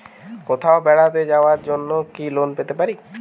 কোথাও বেড়াতে যাওয়ার জন্য কি লোন পেতে পারি?